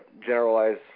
generalize